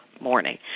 Morning